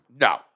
No